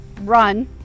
run